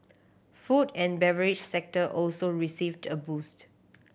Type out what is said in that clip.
food and beverage sector also received a boost